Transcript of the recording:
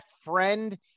friend